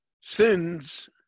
sins